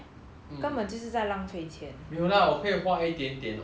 没有 lah 我可以花一点点 on myself mah